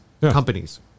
companies